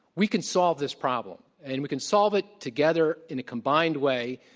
we can solve this problem, and we can solve it together in a combined way.